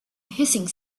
hissing